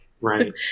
Right